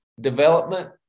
development